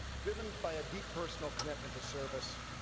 driven by a deep personal commitment to service,